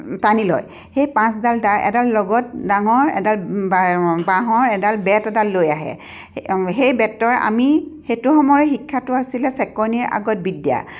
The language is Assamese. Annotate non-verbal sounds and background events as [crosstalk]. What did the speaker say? টানি লয় সেই পাঁচডাল দাগ এডাল লগত ডাঙৰ এডাল [unintelligible] বাঁহৰ এডাল বেত এডাল লৈ আহে অঁ সেই বেতৰ আমি সেইটো সময়ৰ শিক্ষাটো আছিলে চেকনিৰ আগত বিদ্যা